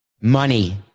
money